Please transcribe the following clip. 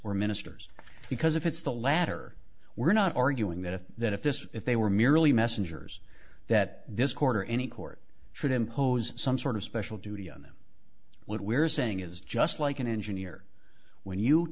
or ministers because if it's the latter we're not arguing that if that if this if they were merely messengers that this quarter any court should impose some sort of special duty on them what we're saying is just like an engineer when you